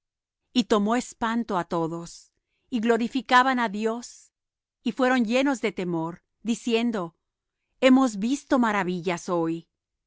y tomó espanto á todos y glorificaban á dios y fueron llenos del temor diciendo hemos visto maravillas hoy